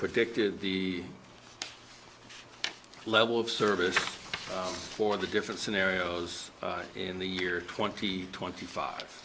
predicted the level of service for the different scenarios in the year twenty twenty five